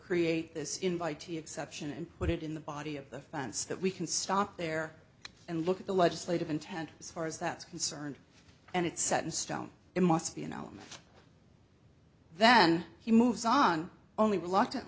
create this invitee exception and put it in the body of the fence that we can stop there and look at the legislative intent as far as that's concerned and it's set in stone it must be an element then he moves on only reluctant